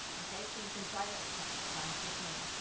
okay so you can try that a couple of times with me.